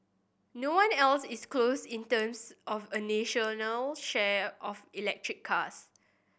no one else is close in terms of a national share of electric cars